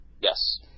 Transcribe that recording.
Yes